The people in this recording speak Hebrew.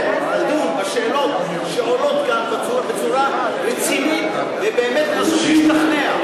לדון בשאלות שעולות כאן בצורה רצינית ושבאמת נשתכנע?